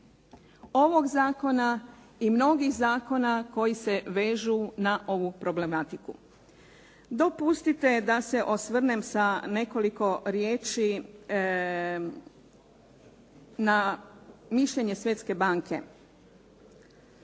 ovog zakona i mnogih zakona koji se vežu na ovu problematiku. Dopustite da se osvrnem sa nekoliko riječi na mišljenje Svjetske banke.